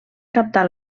captar